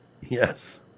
Yes